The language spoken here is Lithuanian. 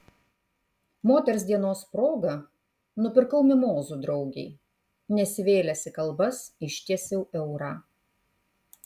moters dienos proga nupirkau mimozų draugei nesivėlęs į kalbas ištiesiau eurą